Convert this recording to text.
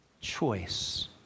choice